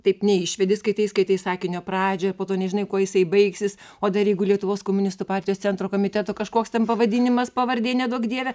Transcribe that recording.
taip neišvedi skaitai skaitai sakinio pradžią po to nežinai kuo jisai baigsis o dar jeigu lietuvos komunistų partijos centro komiteto kažkoks ten pavadinimas pavardė neduok dieve